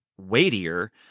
weightier